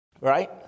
right